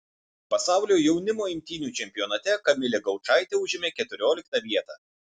pasaulio jaunimo imtynių čempionate kamilė gaučaitė užėmė keturioliktą vietą